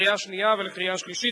בקריאה ראשונה והוא יועבר לוועדת החוקה,